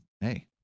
hey